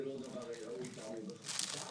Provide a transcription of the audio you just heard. זה לא דבר התלוי בחקיקה.